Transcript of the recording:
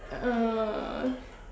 uh